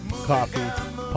coffee